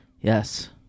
Yes